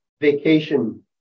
vacation